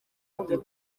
abdou